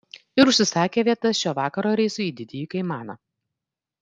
ir užsisakė vietas šio vakaro reisui į didįjį kaimaną